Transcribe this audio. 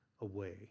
away